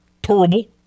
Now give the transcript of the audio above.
Terrible